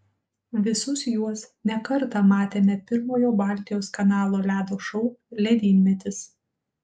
visus juos ne kartą matėme pirmojo baltijos kanalo ledo šou ledynmetis